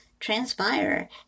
transpire